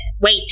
wait